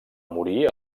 morir